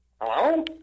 Hello